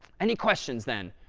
any questions then